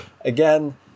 Again